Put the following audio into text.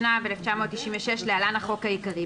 התשנ"ו-1996 (להלן החוק העיקרי),